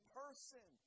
person